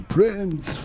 Prince